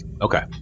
Okay